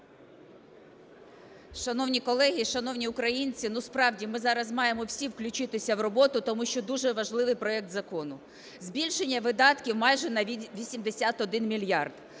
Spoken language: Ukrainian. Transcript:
Шановні колеги, шановні українці, ну справді, ми зараз маємо всі включитися в роботу, тому що дуже важливий проект закону. Збільшення видатків майже на 81 мільярд,